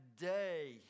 day